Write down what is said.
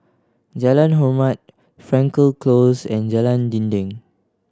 Jalan Hormat Frankel Close and Jalan Dinding